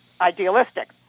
idealistic